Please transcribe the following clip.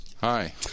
Hi